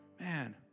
Man